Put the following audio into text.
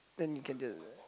then you get the